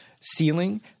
ceiling